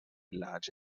large